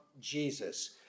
Jesus